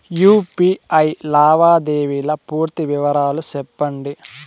UPI లావాదేవీల పూర్తి వివరాలు సెప్పండి?